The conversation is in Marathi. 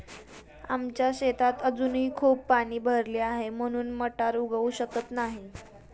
आमच्या शेतात अजूनही खूप पाणी भरले आहे, म्हणून मटार उगवू शकत नाही